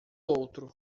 outro